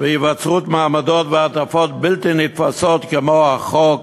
להיווצרות מעמדות ולהעדפות בלתי נתפסות כמו בחוק